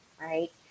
Right